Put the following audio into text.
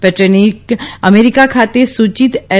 પેટ્રેનિટ America ખાતે સૂચિત L